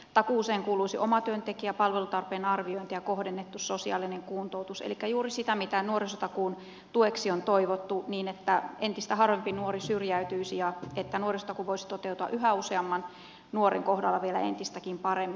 takuuseen kuuluisi omatyöntekijä palvelutarpeen arviointi ja kohdennettu sosiaalinen kuntoutus elikkä juuri sitä mitä nuorisotakuun tueksi on toivottu niin että entistä harvempi nuori syrjäytyisi ja nuorisotakuu voisi toteutua yhä useamman nuoren kohdalla vielä entistäkin paremmin